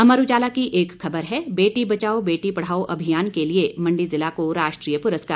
अमर उजाला की एक अन्य खबर है बेटी बचाओ बेटी पढ़ाओ अभियान के लिए मंडी जिला को राष्ट्रीय पुरस्कार